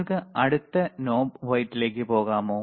നിങ്ങൾക്ക് അടുത്ത നോബ് വൈറ്റിലേക്ക് പോകാമോ